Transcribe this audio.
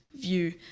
view